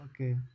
Okay